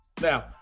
Now